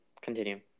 continue